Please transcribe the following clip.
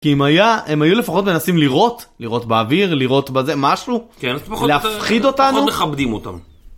כי אם היה, הם היו לפחות מנסים לראות, לראות באוויר, לראות בזה משהו, כן, לפחות מכבדים אותם.